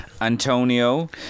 Antonio